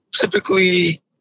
typically